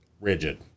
rigid